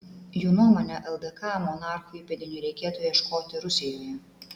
jų nuomone ldk monarchų įpėdinių reikėtų ieškoti rusijoje